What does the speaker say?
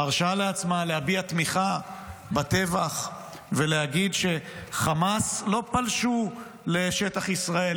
מרשה לעצמה להביע תמיכה בטבח ולהגיד שחמאס לא פלשו לשטח ישראל,